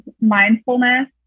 mindfulness